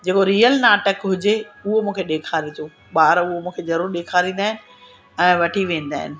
जेको रीयल नाटक हुजे उहो मूंखे ॾेखारिजो ॿार उहो मूंखे ज़रूर ॾेखारंदा आहिनि ऐं वठी वेंदा आहिनि